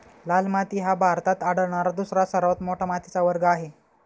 लाल माती हा भारतात आढळणारा दुसरा सर्वात मोठा मातीचा वर्ग आहे